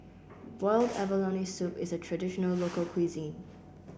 Boiled Abalone Soup is a traditional local cuisine